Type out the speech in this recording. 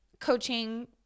coaching